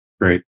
Great